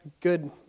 good